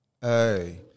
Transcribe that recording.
Hey